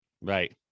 right